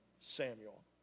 Samuel